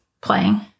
playing